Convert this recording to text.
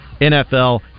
NFL